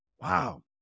Wow